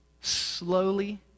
slowly